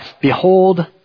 Behold